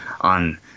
on